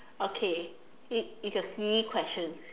okay it is a silly question